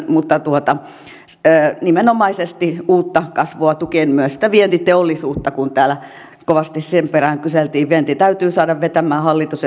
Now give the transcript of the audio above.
mutta nimenomaisesti uutta kasvua tukien myös tuetaan sitä vientiteollisuutta kun täällä kovasti sen perään kyseltiin vienti täytyy saada vetämään hallitus